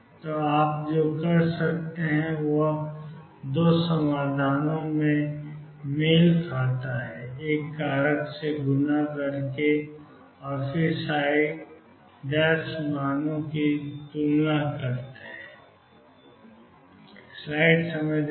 तो आप जो कर सकते थे वह दो समाधानों से मेल खाता था एक कारक से गुणा करके और फिर मानों की तुलना करें